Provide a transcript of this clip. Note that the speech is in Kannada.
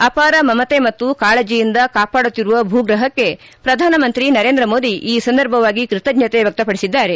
ಅಪಾರ ಮಮತೆ ಮತ್ತು ಕಾಳಜೆಯಿಂದ ಕಾಪಾಡುತ್ತಿರುವ ಭೂಗ್ರಹಕ್ಕೆ ಪ್ರಧಾನಮಂತ್ರಿ ನರೇಂದ್ರ ಮೋದಿ ಈ ಸಂದರ್ಭವಾಗಿ ಕೃತಜ್ಞತೆ ವ್ವಕ್ತಪಡಿಸಿದ್ದಾರೆ